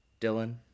Dylan